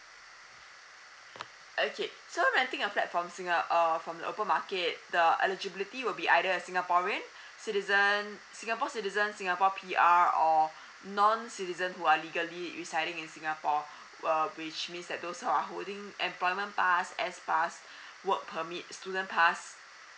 okay so renting a flat from singa~ err from then open market the eligibility will be either a singaporean citizen singapore citizen singapore P_R or non citizen who are legally residing in singapore uh which means that those who're holding employment pass S pass work permit student pass